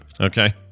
okay